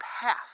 path